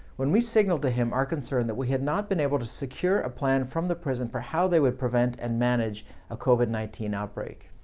when we signaled to him our concern that we had not been able to secure a plan from the prison for how they would prevent and manage a covid nineteen outbreak.